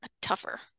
tougher